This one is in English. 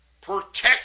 Protect